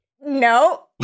No